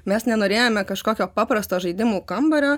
mes nenorėjome kažkokio paprasto žaidimų kambario